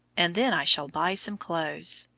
and then i shall buy some clothes.